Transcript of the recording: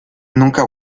nunca